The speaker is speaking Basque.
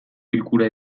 bilkura